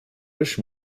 hirsch